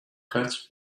cuts